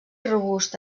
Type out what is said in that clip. robust